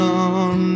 on